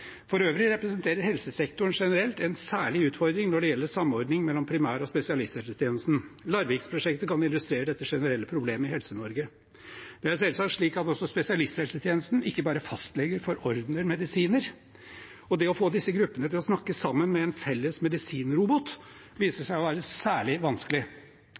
For øvrig representerer helsesektoren generelt en særlig utfordring når det gjelder samordning mellom primær- og spesialisthelsetjenesten. Larvik-prosjektet kan illustrere dette generelle problemet i Helse-Norge. Det er selvsagt slik at også spesialisthelsetjenesten, ikke bare fastleger, forordner medisiner. Det å få disse gruppene til å snakke sammen med en felles medisinrobot viser seg å være særlig vanskelig.